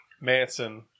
Manson